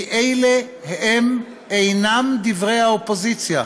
כי אלה הם אינם דברי האופוזיציה,